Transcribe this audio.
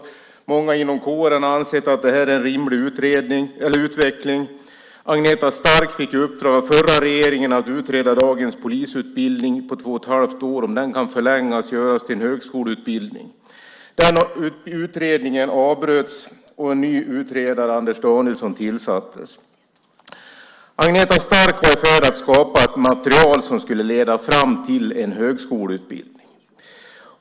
Många inom kåren har ansett att det är en rimlig utveckling. Agneta Stark fick i uppdrag av den förra regeringen att utreda om dagens polisutbildning på två och ett halvt år kan förlängas och göras till en högskoleutbildning. Utredningen avbröts, och en ny utredare, Anders Danielsson, tillsattes. Agneta Stark var för att skapa ett material som skulle leda fram till en högskoleutbildning.